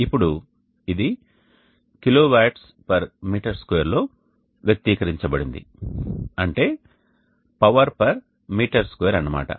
ఇప్పుడు ఇది kWm2 లో వ్యక్తీకరించబడింది అంటే Powerm2 అన్నమాట